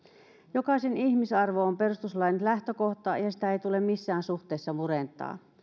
jokaisen ihmisarvo on perustuslain lähtökohta ja sitä ei tule missään suhteessa murentaa